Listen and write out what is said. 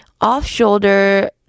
off-shoulder